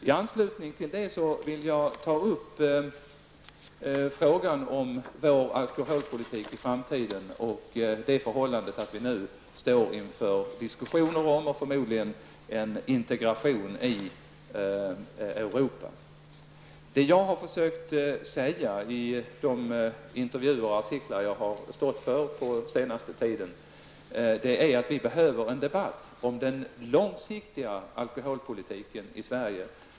I anslutning till detta skall jag beröra frågan om vår framtida alkoholpolitik och det förhållandet att vi nu står inför diskussioner om en förmodad integration i Europa. I de intervjuer och artiklar som jag har stått för den senaste tiden har jag i detta perspektiv sagt att vi behöver en debatt om den långsiktiga alkoholpolitiken i Sverige.